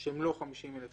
שהם לא 50,000 שקלים.